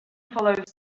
follows